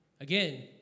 Again